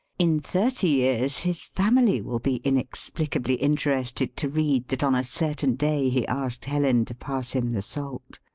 in thirty years his family will be inexplicably interested to read that on a certain day he arsked helen to pass him the salt.